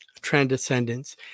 transcendence